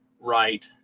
right